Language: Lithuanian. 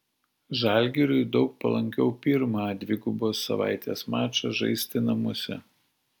žalgiriui daug palankiau pirmą dvigubos savaitės mačą žaisti namuose